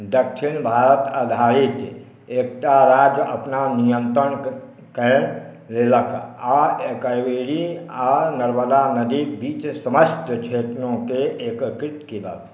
दक्षिण भारत आधारित एकटा राज्य अपन नियंत्रण कए लेलक आ कावेरी आ नर्मदा नदीक बीचक समस्त क्षेत्रकेँ एकीकृत केलक